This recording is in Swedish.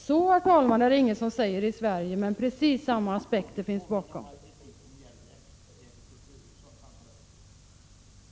Så, herr talman, säger ingen i Sverige, men precis samma aspekter ligger bakom resonemangen här.